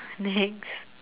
next